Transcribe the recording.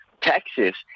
Texas